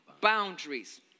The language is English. boundaries